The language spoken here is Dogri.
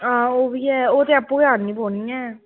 हां ओह्बी ऐ ओह् ते आपूं गै आह्ननी पौनी ऐ